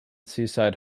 seaside